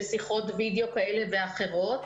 בשיות וידאו כאלה ואחרות.